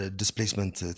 displacement